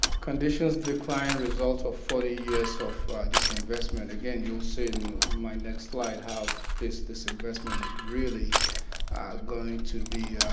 conditions decline result of forty years of disinvestment again you'll see in my next slide how this disinvestment is really going to be